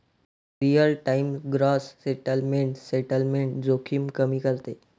real time gross settlement settlement जोखीम कमी करते